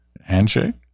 handshake